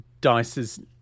Dice's